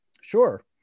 Sure